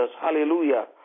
hallelujah